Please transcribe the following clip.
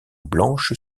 blanche